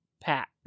Pat